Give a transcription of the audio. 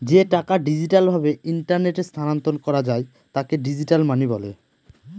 যে টাকা ডিজিটাল ভাবে ইন্টারনেটে স্থানান্তর করা যায় তাকে ডিজিটাল মানি বলে